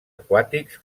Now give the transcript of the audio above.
aquàtics